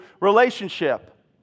relationship